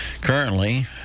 Currently